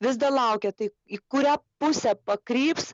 vis dar laukia tai į kurią pusę pakryps